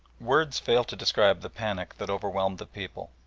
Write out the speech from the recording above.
words fail to describe the panic that overwhelmed the people.